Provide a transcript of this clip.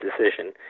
decision